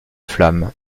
flamme